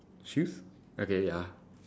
shoes okay ya